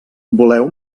voleu